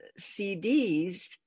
CDs